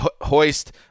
hoist